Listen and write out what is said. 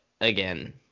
again